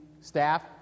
staff